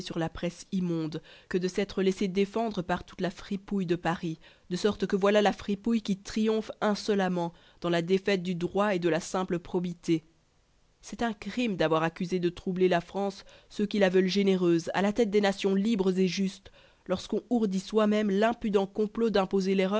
la presse immonde que de s'être laissé défendre par toute la fripouille de paris de sorte que voilà la fripouille qui triomphe insolemment dans la défaite du droit et de la simple probité c'est un crime d'avoir accusé de troubler la france ceux qui la veulent généreuse à la tête des nations libres et justes lorsqu'on ourdit soi-même l'impudent complot d'imposer